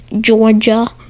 Georgia